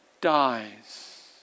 dies